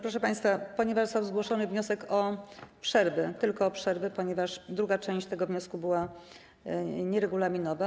Proszę państwa, został zgłoszony wniosek o przerwę - tylko o przerwę, ponieważ druga część tego wniosku była nieregulaminowa.